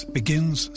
begins